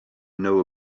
know